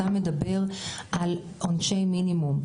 אתה מדבר על עונשי מינימום,